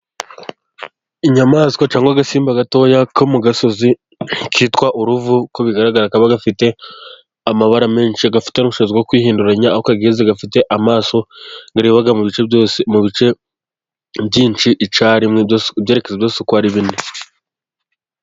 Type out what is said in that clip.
Inyamaswa cyangwa agasimba gatoya ko mu gasozi, kitwa uruvu nkuko bigaragara kaba gafite amabara menshi, gafite n'ubushobozi bwo kwihinduranya aho kageze, gafite amaso areba mu bice byose, mu bice byinshi ibyerekezo byose uko ari bine.